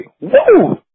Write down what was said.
Woo